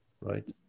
right